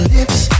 Lips